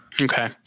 Okay